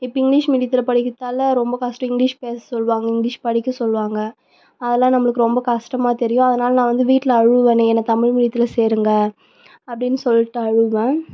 இப்போ இங்க்லீஷ் மீடியத்தில் படிக்கிறதால் ரொம்ப கஷ்டம் இங்க்லீஷ் பேச சொல்வாங்க இங்க்லீஷ் படிக்க சொல்வாங்க அதெல்லாம் நம்மளுக்கு ரொம்ப கஷ்டமாக தெரியும் அதனால் நான் வந்து வீட்டில் அழுவேன் என்னை தமிழ் மீடியத்தில் சேருங்க அப்படின்னு சொல்லிட்டு அழுவேன்